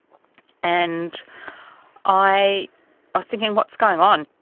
and i was thinking what's going on?